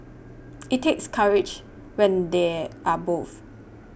it takes courage when they are both